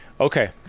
okay